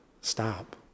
stop